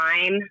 time